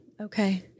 Okay